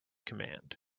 command